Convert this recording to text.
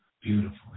Beautiful